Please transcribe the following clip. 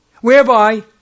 whereby